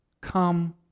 come